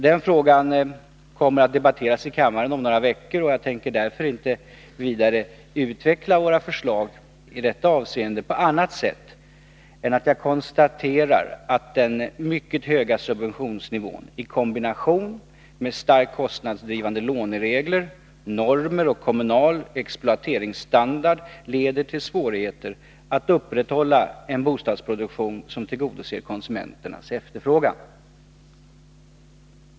Den frågan kommer att debatteras i kammaren om några veckor, och jag tänker därför inte vidare utveckla våra förslag i detta avseende på annat sätt än att jag konstaterar att den mycket höga subventionsnivån i kombination med starkt kostnadsdrivande låneregler, normer och kommunal exploateringsstandard leder till svårigheter att upprätthålla en bostadsproduktion som tillgodoser konsumenternas efterfrågan.